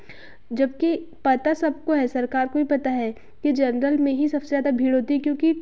जबकि पता सबको है सरकार को भी पता है कि जनरल में ही सबसे ज़्यादा भीड़ होती है क्योंकि